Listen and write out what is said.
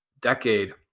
decade